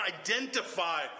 identify